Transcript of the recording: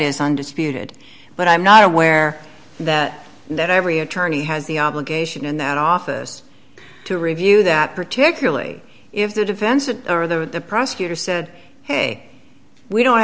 is undisputed but i'm not aware that not every attorney has the obligation in that office to review that particularly if the defense is or the prosecutor said hey we don't